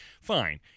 Fine